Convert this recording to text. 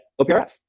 OPRF